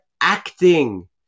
acting